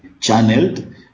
channeled